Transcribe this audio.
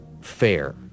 fair